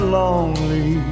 lonely